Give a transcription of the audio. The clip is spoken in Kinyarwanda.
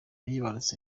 yibarutse